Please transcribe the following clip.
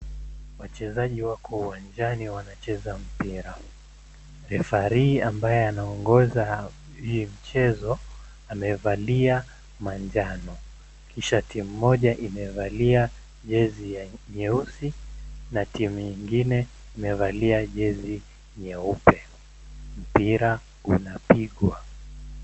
Wachezaji wako uwanjani wanacheza mpira . referee ambaye anaongoza hii mchezo amevalia manjano. Mchezaji mmoja amevalia jersey nyeusi na timu lingine limevalia jersey nyeupe. Mpira unapigwa.